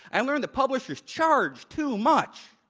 i learned that publishers charge too much.